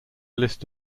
list